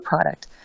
product